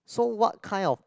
so what kind of